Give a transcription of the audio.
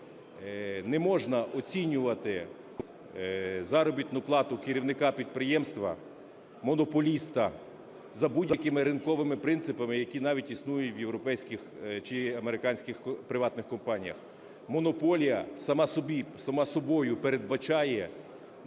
Не можна оцінювати заробітну плату керівника підприємства-монополіста за будь-якими ринковими принципами, які навіть існують в європейських чи американських приватних компаніях. Монополія сама собою передбачає